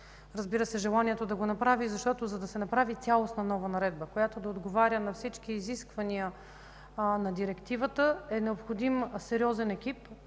разбира се, да го направи. За да се направи изцяло нова наредба, която да отговаря на всички изисквания на директивата, е необходим сериозен екип